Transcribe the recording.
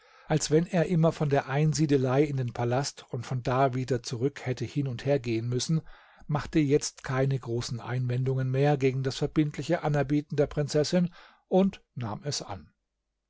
als wenn er immer von der einsiedelei in den palast und von da wieder zurück hätte hin und her gehen müssen machte jetzt keine großen einwendungen mehr gegen das verbindliche anerbieten der prinzessin und nahm es an